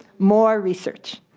more research,